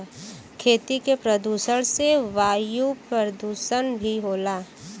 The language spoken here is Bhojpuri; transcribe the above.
खेती के प्रदुषण से वायु परदुसन भी होला